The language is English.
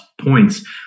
points